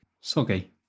Soggy